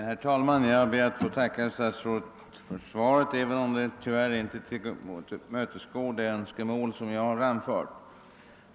Herr talman! Jag ber att få tacka statsrådet för svaret, även om det tyvärr inte tillmötesgår det önskemål som jag har framfört.